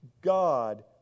God